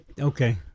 Okay